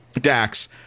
Dax